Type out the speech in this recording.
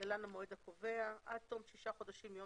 (להלן המועד הקובע) עד תום שישה חודשים מיום